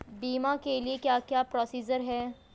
बीमा के लिए क्या क्या प्रोसीजर है?